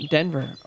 Denver